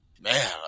man